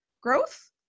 growth